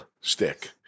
stick